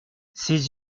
ses